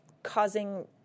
causing